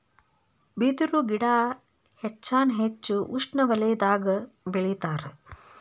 ಬಿದರು ಗಿಡಾ ಹೆಚ್ಚಾನ ಹೆಚ್ಚ ಉಷ್ಣವಲಯದಾಗ ಬೆಳಿತಾರ